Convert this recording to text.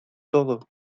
todo